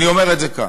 אני אומר את זה כאן.